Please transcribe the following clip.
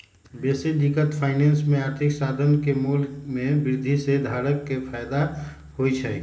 बेशी दिनगत फाइनेंस में आर्थिक साधन के मोल में वृद्धि से धारक के फयदा होइ छइ